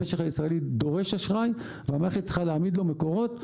המשק הישראלי דורש אשראי והמערכת צריכה להעמיד לו מקורות,